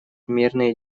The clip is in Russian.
мирные